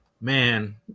man